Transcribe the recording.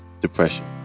depression